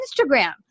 instagram